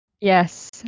Yes